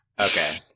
Okay